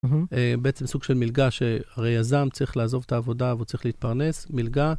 בעצם סוג של מלגה ש, הרי יזם צריך לעזוב את העבודה והוא צריך להתפרנס, מלגה.